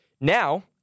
Now